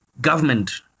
government